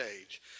age